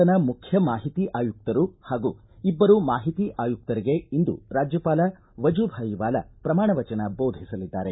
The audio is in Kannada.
ರಾಜ್ಯದ ನೂತನ ಮುಖ್ಯ ಮಾಹಿತಿ ಆಯುಕ್ತರು ಹಾಗೂ ಇಬ್ಬರು ಮಾಹಿತಿ ಆಯುಕ್ತರಿಗೆ ಇಂದು ರಾಜ್ಯಪಾಲ ವಜೂಭಾಯ್ ವಾಲಾ ಪ್ರಮಾಣ ವಚನ ಬೋಧಿಸಲಿದ್ದಾರೆ